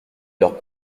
leurs